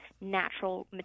natural